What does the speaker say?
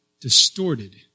distorted